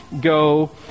go